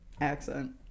accent